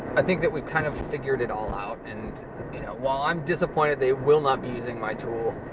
i think that we've kind of figured it all out. and you know while i'm disappointed they will not be using my tool,